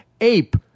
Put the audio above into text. ape